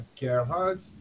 Gerhard